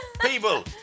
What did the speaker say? People